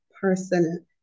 person